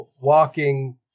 walking